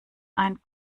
ein